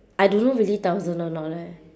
I don't know really thousand or not eh